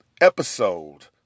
episode